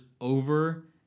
over